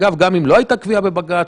גם אם לא הייתה קביעה בבג"ץ,